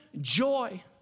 joy